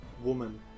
woman